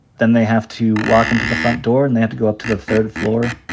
then they have to walk into the front door. and they have to go up to the third floor,